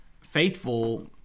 faithful